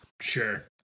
sure